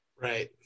Right